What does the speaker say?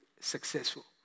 successful